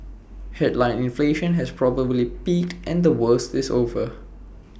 headline inflation has probably peaked and the worst is over